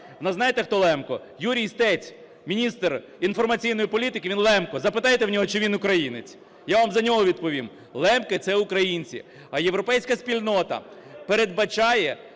Но знаєте, хто лемко? Юрій Стець міністр інформаційної політики, він лемко. Запитайте в нього чи він українець, я вам за нього відповім: лемки – це українці. А європейська спільнота, передбачає